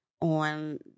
on